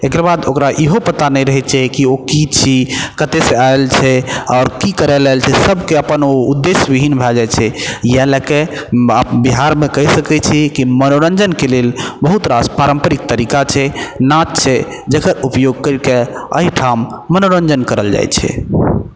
एकरबाद ओकरा इहो पता नहि रहै छै कि ओ की छी कतऽ से आयल छै आओर की करऽ लै आयल छै सबके अपन ओ उद्देश्यविहीन भए जाइ छै इएह लऽके बिहारमे कहि सकैत छी कि मनोरञ्जनके लेल बहुत रास पारम्परिक तरीका छै नाच छै जेकर उपयोग कैरके अइ ठाम मनोरञ्जन करल जाइ छै